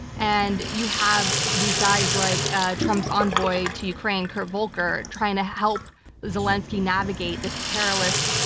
and you have these guys like trump's envoy to ukraine, kurt volker, trying to help zelensky navigate this perilous,